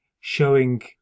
showing